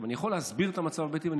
אני יכול להסביר את המצב הבעייתי ואני